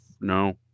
no